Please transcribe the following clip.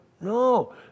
No